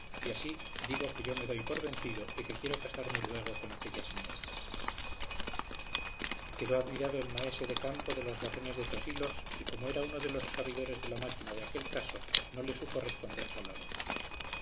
y así digo que yo me doy por vencido y que quiero casarme luego con aquella señora quedó admirado el maese de campo de las razones de tosilos y como era uno de los sabidores de la máquina de aquel caso no le supo responder palabra